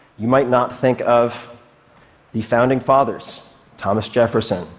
you might not think of the founding fathers thomas jefferson,